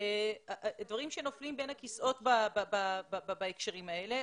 דברים שנופלים בין הכיסאות בהקשרים האלה.